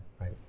right